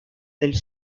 del